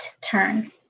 turn